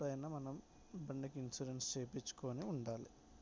ఎప్పుడైనా మనం బండికి ఇన్షూరెన్స్ చేయించుకుని ఉండాలి